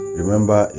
remember